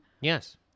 yes